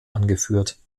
angeführt